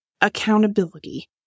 accountability